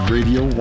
Radio